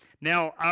Now